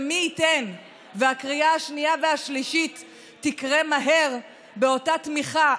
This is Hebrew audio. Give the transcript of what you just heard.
ומי ייתן והקריאה השנייה והשלישית יקרו מהר באותה תמיכה,